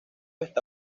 está